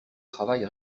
travail